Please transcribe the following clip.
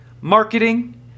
marketing